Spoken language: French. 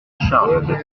charles